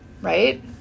right